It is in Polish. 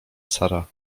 sara